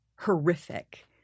horrific